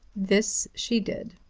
this she did.